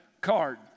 card